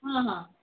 ହଁ ହଁ